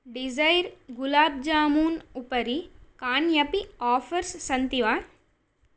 desire gulab jamun उपरि कान्यपि offers सन्ति वा